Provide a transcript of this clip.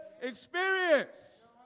experience